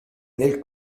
nel